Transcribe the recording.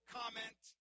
comment